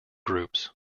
groups